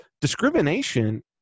discrimination